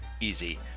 easy